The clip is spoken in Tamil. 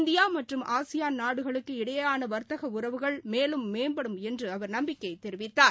இந்தியா மற்றும் ஆசியான் நாடுகளுக்கு இடையேயான வர்த்தக உறவுகள் மேலும் மேம்படும் என்று அவர் நம்பிக்கை தெரிவித்தார்